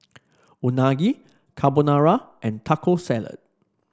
Unagi Carbonara and Taco Salad